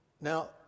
Now